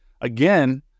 again